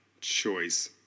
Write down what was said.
choice